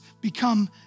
become